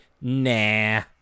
nah